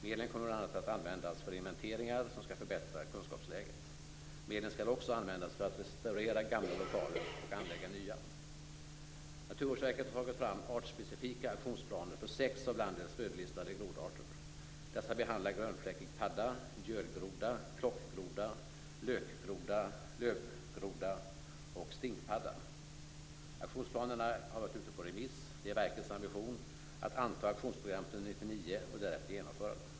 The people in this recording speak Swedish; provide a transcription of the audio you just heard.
Medlen kommer bl.a. att användas för inventeringar som skall förbättra kunskapsläget. Medlen skall också användas för att restaurera gamla lokaler och anlägga nya. Naturvårdsverket har tagit fram artspecifika aktionsplaner för sex av landets rödlistade grodarter. Dessa behandlar grönfläckig padda, gölgroda, klockgroda, lökgroda, lövgroda och stinkpadda. Aktionsplanerna har varit ute på remiss. Det är verkets ambition att anta aktionsprogrammen under 1999 och därefter genomföra dem.